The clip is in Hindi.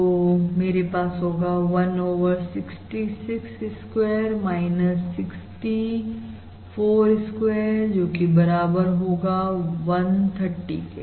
तो मेरे पास होगा 1 ओवर 66 स्क्वेयर 64 स्क्वेयरजोकि बराबर होगा 130 के